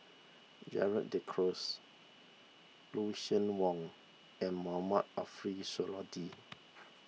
Gerald De Cruz Lucien Wang and Mohamed Ariff Suradi